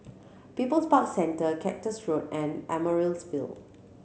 People's Park Centre Cactus Road and Ville